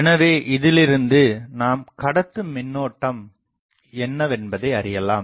எனவே இதிலிருந்து நாம் கடத்தும்மின்னோட்டம் என்னவென்பதை அறியலாம்